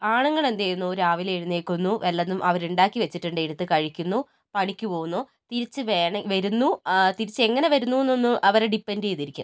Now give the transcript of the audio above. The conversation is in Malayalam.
ആണുങ്ങൾ എന്ത് ചെയ്യുന്നു രാവിലെ എഴുന്നേൽക്കുന്നു വല്ലതും അവർ ഉണ്ടാക്കി വച്ചിട്ടിണ്ടേൽ എടുത്ത് കഴിക്കുന്നു പണിക്ക് പോകുന്നു തിരിച്ച് വേണേ വരുന്നു തിരിച്ച് എങ്ങനെ വരുന്നൂന്നൊന്നും അവരെ ഡിപ്പെൻഡ് ചെയ്ത് ഇരിക്കും